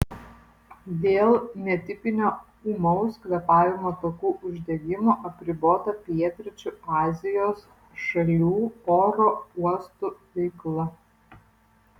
dėl netipinio ūmaus kvėpavimo takų uždegimo apribota pietryčių azijos šalių oro uostų veikla